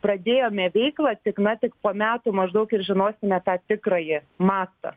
pradėjome veiklą tik na tik po metų maždaug ir žinosime tą tikrąjį mastą